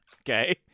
Okay